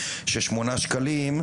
ששמונה שקלים,